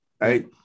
Right